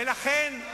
ולכן,